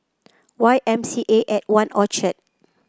Y M C A At One Orchard